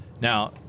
Now